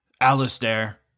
Alistair